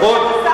נכון?